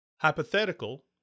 Hypothetical